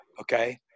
okay